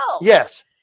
Yes